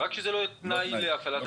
רק שזה לא יהיה תנאי להפעלת הסמכות.